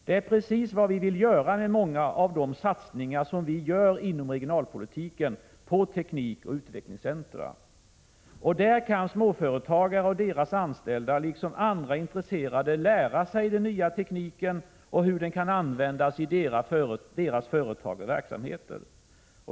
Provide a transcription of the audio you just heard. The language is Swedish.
Det är precis vad vi vill göra med många av de satsningar som vi gör inom regionalpolitiken på teknikoch utvecklingscentra. Där kan småföretagare och deras anställda liksom andra intresserade lära sig den nya tekniken och hur den kan användas i deras företag och verksamheter.